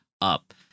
up